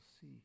see